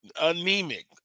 Anemic